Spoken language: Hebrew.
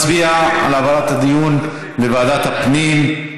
אנחנו נצביע על העברת הדיון לוועדת הפנים.